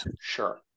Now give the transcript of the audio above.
Sure